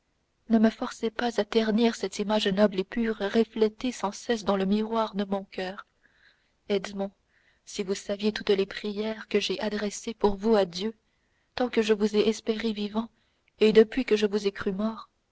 ne me forcez pas à tenir cette image noble et pure reflétée sans cesse dans le miroir de mon coeur edmond si vous saviez toutes les prières que j'ai adressées pour vous à dieu tant que je vous ai espéré vivant et depuis que je vous ai cru mort